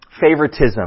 favoritism